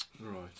Right